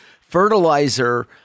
Fertilizer